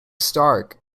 stark